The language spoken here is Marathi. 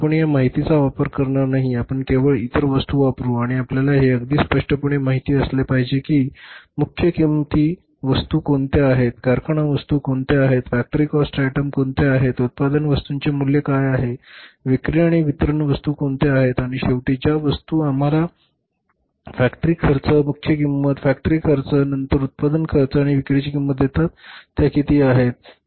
आपण या माहितीचा वापर करणार नाही आपण केवळ इतर वस्तू वापरु आणि आपल्याला हे अगदी स्पष्टपणे माहित असले पाहिजे की मुख्य किंमती वस्तू कोणत्या आहेत कारखाना वस्तू कोणत्या आहेत फॅक्टरी कॉस्ट आयटम कोणत्या आहेत उत्पादन वस्तूंचे मूल्य काय आहे विक्री आणि वितरण वस्तू कोणत्या आहेत आणि शेवटी ज्या वस्तू आम्हाला फॅक्टरी खर्च मुख्य किंमत फॅक्टरी खर्च नंतर उत्पादन खर्च आणि विक्रीची किंमत देतात त्या किती आहेत